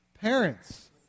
Parents